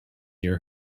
your